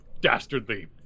dastardly